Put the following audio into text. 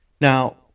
Now